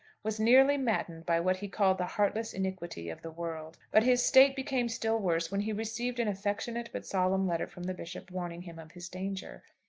was nearly maddened by what he called the heartless iniquity of the world but his state became still worse when he received an affectionate but solemn letter from the bishop warning him of his danger.